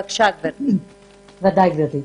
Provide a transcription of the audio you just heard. בבקשה, גברתי.